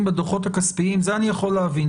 בדוחות הכספיים זה אני יכול להבין,